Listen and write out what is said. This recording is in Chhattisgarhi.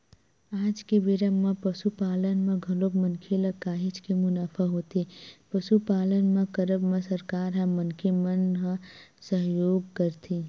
आज के बेरा म पसुपालन म घलोक मनखे ल काहेच के मुनाफा होथे पसुपालन के करब म सरकार ह मनखे मन ल सहयोग करथे